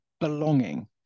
belonging